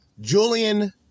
Julian